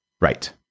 Right